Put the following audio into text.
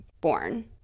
born